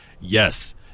yes